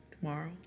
tomorrow